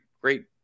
great